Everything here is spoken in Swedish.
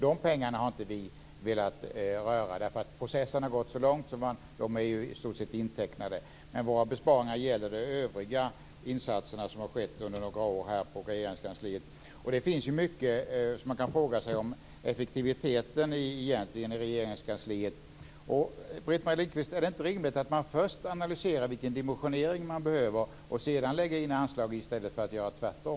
De pengarna har vi inte velat röra eftersom processen har gått så långt att de i stort sett är intecknade. Våra besparingar gäller de övriga insatser som skett under några år på Regeringskansliet. Det finns mycket där man kan ifrågasätta effektiviteten i Regeringskansliet. Britt-Marie Lindkvist, är det inte rimligt att man först analyserar vilken dimensionering man behöver och sedan lägger in anslag, i stället för tvärtom?